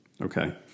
Okay